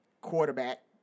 quarterback